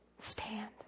Stand